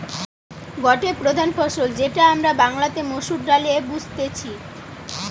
গটে প্রধান ফসল যেটা আমরা বাংলাতে মসুর ডালে বুঝতেছি